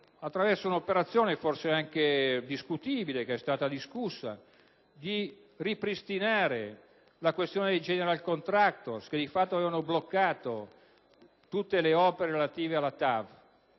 attraverso un'operazione forse anche discutibile - e che è stata discussa - di ripristinare la questione dei *general contractor*, che di fatto avevano bloccato tutte le opere relative alla TAV.